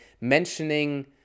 mentioning